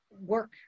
work